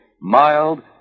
Mild